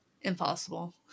impossible